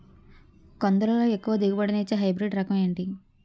కందుల లో ఎక్కువ దిగుబడి ని ఇచ్చే హైబ్రిడ్ రకం ఏంటి?